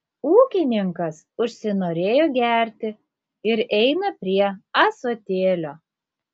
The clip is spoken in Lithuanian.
ūkininkas užsinorėjo gerti ir eina prie ąsotėlio